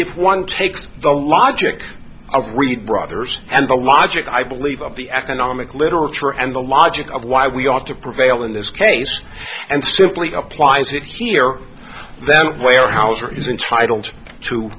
if one takes the logic of read brothers and the logic i believe of the economic literature and the logic of why we ought to prevail in this case and simply applies it here that way or hauser is entitled to